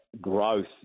growth